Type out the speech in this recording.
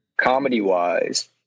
comedy-wise